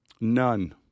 None